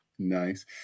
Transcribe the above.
Nice